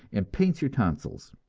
and paints your tonsils.